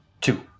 Two